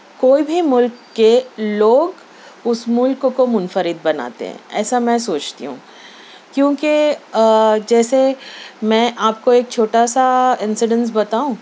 کوئی بھی مُلک کے لوگ اُس مُلک کو منفرد بناتے ہیں ایسا میں سوچتی ہوں کیونکہ جیسے میں آپ کو ایک چھوٹا سا انسیڈنس بتاؤں